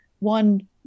One